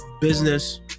business